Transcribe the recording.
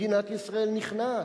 מדינת ישראל נכנעת,